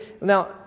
now